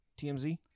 TMZ